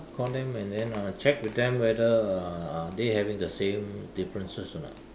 call them and then uh check with them whether are are they having the same differences or not